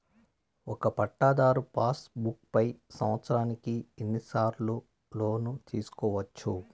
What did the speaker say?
ఒక పట్టాధారు passbook పై సంవత్సరానికి ఎన్ని సార్లు లోను తీసుకోవచ్చు?